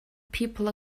people